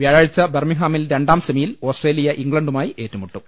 വ്യാഴാഴ്ച ബർമിങ്ഹാമിൽ രണ്ടാം സെമിയിൽ ഓസ്ട്രേലിയ ഇംഗ്ലണ്ടുമായി ഏറ്റുമുട്ടും